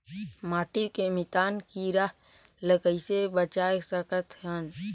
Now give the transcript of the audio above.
माटी के मितान कीरा ल कइसे बचाय सकत हन?